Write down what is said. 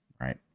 right